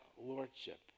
lordship